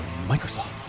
Microsoft